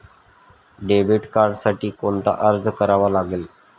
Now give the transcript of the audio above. Debit कार्डसाठी कोणता अर्ज करावा लागेल?